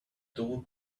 thought